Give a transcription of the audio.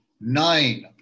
Nine